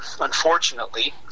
unfortunately